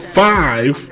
five